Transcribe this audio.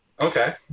okay